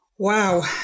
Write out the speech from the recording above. Wow